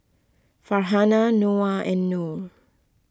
Farhanah Noah and Nor